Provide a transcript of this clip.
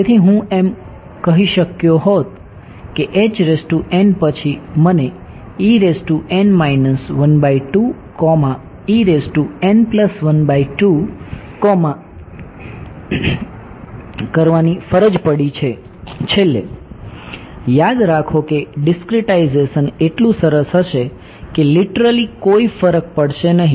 તેથી હું એમ કહી શક્યો હોત કે પછી મને કરવાની ફરજ પડી છે છેલ્લે યાદ રાખો કે ડીસ્ક્રીટાઇઝેશન કોઈ ફરક પડશે નહીં